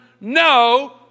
No